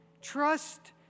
Trust